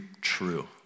true